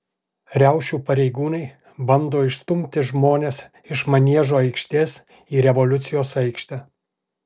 riaušių pareigūnai bando išstumti žmones iš maniežo aikštės į revoliucijos aikštę